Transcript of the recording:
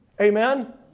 amen